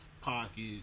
pocket